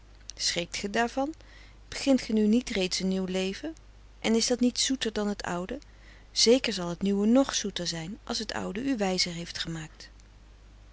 ge daarvan begint ge nu niet reeds een nieuw leven en is dat niet zoeter dan het oude zeker zal het nieuwe ng zoeter zijn als het oude u wijzer heeft gemaakt